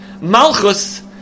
Malchus